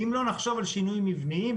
אם לא נחשוב על שינויים מבניים,